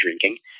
drinking